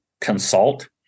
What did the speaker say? consult